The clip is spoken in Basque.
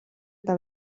eta